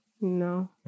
No